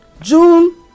June